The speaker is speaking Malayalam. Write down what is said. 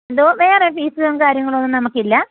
എന്തോ വേറെ ഫീസും കാര്യങ്ങളൊന്നും നമുക്കില്ല